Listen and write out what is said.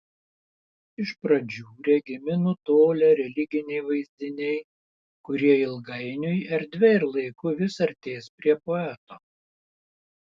iš pradžių regimi nutolę religiniai vaizdiniai kurie ilgainiui erdve ir laiku vis artės prie poeto